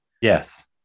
Yes